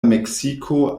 meksiko